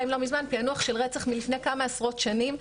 לא מזמן פענוח של רצח מלפני כמה עשרות שנים,